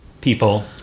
people